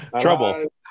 Trouble